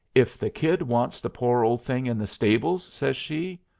if the kid wants the poor old thing in the stables, says she,